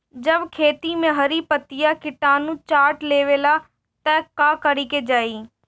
जब खेत मे हरी पतीया किटानु चाट लेवेला तऽ का कईल जाई?